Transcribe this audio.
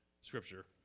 scripture